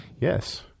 Yes